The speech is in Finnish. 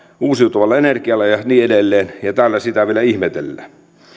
uusiutuvalla energialla ja niin edelleen ja täällä sitä vielä ihmetellään